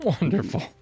Wonderful